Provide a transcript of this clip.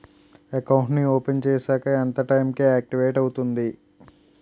Account నీ open చేశాక ఎంత టైం కి ఆక్టివేట్ అవుతుంది?